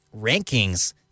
rankings